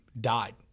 died